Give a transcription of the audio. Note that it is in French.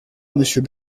monsieur